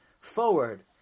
forward